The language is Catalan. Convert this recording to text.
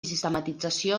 sistematització